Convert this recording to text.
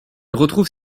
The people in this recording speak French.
retrouve